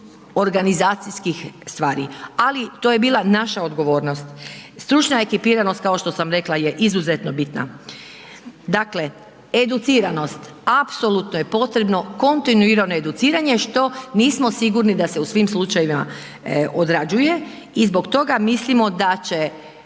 organizacijskih stvari, ali to je bila naša odgovornost. Stručna ekipiranost kao što sam rekla je izuzetno bitna. Dakle, educiranost apsolutno je potrebno kontinuirano educiranje što nismo sigurni da se u svim slučajevima odrađuje i zbog toga mislimo da će,